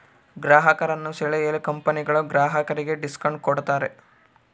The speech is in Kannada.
ಗ್ರಾಹಕರನ್ನು ಸೆಳೆಯಲು ಕಂಪನಿಗಳು ಗ್ರಾಹಕರಿಗೆ ಡಿಸ್ಕೌಂಟ್ ಕೂಡತಾರೆ